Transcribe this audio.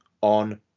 on